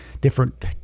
different